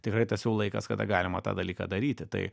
tikrai tas jau laikas kada galima tą dalyką daryti tai